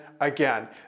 again